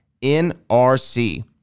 NRC